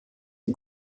die